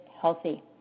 healthy